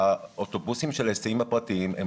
האוטובוסים של ההיסעים הפרטיים הם